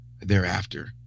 thereafter